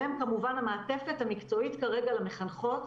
והן כמובן המעטפת המקצועית כרגע למחנכות.